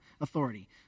authority